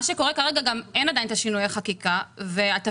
מה שקורה כרגע זה שאין עדיין את שינוי החקיקה והתפקיד